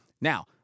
Now